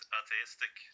atheistic